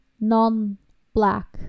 non-black